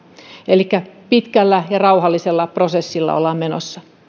elikkä pitkällä ja rauhallisella prosessilla ollaan menossa